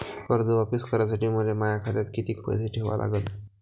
कर्ज वापिस करासाठी मले माया खात्यात कितीक पैसे ठेवा लागन?